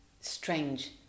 strange